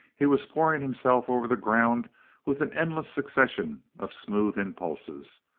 he was pouring himself over the ground with an endless succession of smooth impulses.